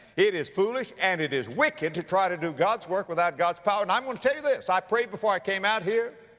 it is foolish and it is wicked to try to do god's work without god's power. and i am going to tell you this. i prayed before i came out here.